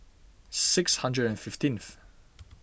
six hundred and fifteenth